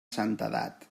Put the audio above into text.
santedat